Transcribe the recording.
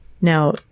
now